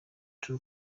true